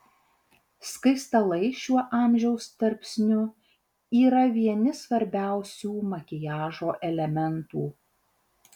skaistalai šiuo amžiaus tarpsniu yra vieni svarbiausių makiažo elementų